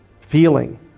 feeling